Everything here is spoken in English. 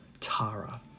tara